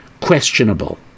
questionable